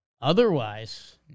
Otherwise